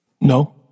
No